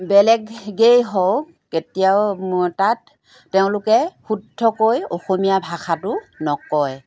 বেলেগেই হওক কেতিয়াও তাত তেওঁলোকে শুদ্ধকৈ অসমীয়া ভাষাটো নকয়